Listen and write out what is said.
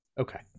Okay